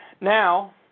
now